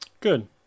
good